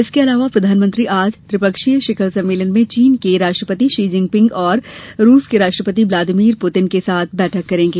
इसके अलावा प्रधानमंत्री आज त्रिपक्षीय शिखर सम्मेलन में चीन के राष्ट्रपति शी चिनफिंग और रूस के राष्ट्रपति ब्लामदीमिर पुतीन के साथ बैठक करेंगे